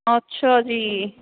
ਅੱਛਾ ਜੀ